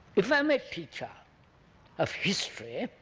if i am a teacher of history,